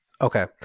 Okay